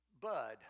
bud